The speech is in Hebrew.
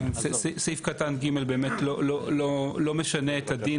סעיף קטן (ג) לא משנה את הדין,